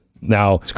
Now